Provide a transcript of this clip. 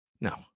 No